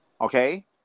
Okay